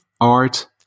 art